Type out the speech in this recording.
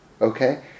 Okay